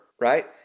right